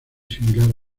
similar